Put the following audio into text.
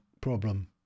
problem